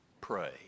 pray